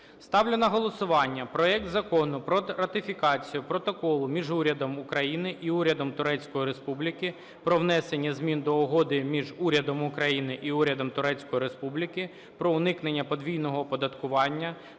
Ставлю на голосування проект Закону про ратифікацію Протоколу між Урядом України і Урядом Турецької Республіки про внесення змін до Угоди між Урядом України і Урядом Турецької Республіки про уникнення подвійного оподаткування